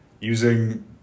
using